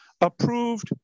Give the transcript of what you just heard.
approved